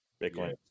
Bitcoin